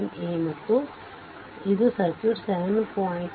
7 a ಮತ್ತು ಇದು circuit 7 b